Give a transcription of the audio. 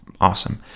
awesome